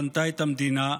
בנתה את המדינה,